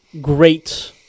great